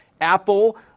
Apple